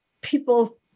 people